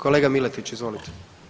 Kolega Miletić, izvolite.